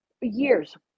Years